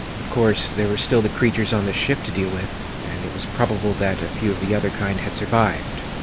of course, there were still the creatures on the ship to deal with-and and it was probable that a few of the other kind had survived.